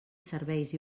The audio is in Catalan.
serveis